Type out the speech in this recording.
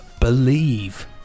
Believe